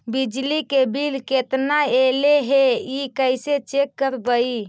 बिजली के बिल केतना ऐले हे इ कैसे चेक करबइ?